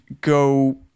go